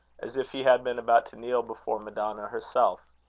as if he had been about to kneel before madonna herself.